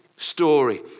Story